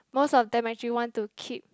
most of them actually want to keep